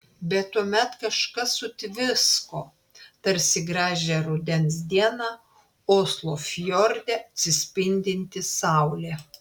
bet tuomet kažkas sutvisko tarsi gražią rudens dieną oslo fjorde atsispindinti saulė